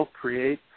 create